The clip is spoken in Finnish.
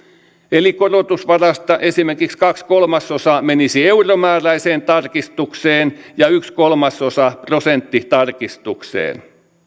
eli korotusvarasta esimerkiksi kaksi kolmasosaa menisi euromääräiseen tarkistukseen ja yksi kolmasosa prosenttitarkistukseen